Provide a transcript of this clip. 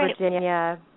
Virginia